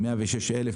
106,000,